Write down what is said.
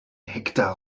hektar